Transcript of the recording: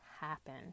happen